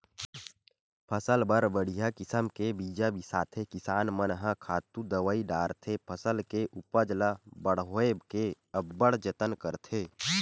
फसल बर बड़िहा किसम के बीजा बिसाथे किसान मन ह खातू दवई डारथे फसल के उपज ल बड़होए के अब्बड़ जतन करथे